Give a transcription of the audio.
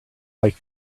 like